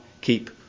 keep